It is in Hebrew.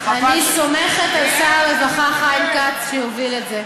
אני סומכת על שר הרווחה חיים כץ שיוביל את זה.